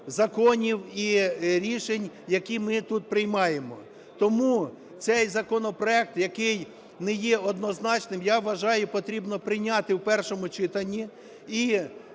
законів і всіх рішень, які ми тут приймаємо. Тому цей законопроект, який не є однозначним, я вважаю, потрібно прийняти в першому читанні